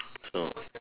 snow